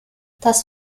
das